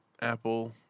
Apple